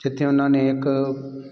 ਜਿੱਥੇ ਉਹਨਾਂ ਨੇ ਇੱਕ